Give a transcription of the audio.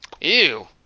Ew